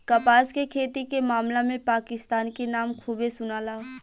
कपास के खेती के मामला में पाकिस्तान के नाम खूबे सुनाला